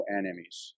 enemies